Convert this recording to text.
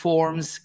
Forms